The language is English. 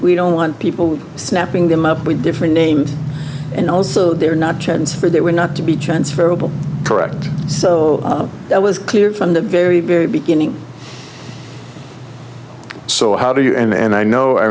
we don't want people snapping them up with different names and also they're not transferred they were not to be transferable correct so that was clear from the very very beginning so how do you and i know i